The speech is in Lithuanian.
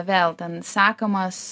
vėl ten sakomas